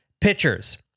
pitchers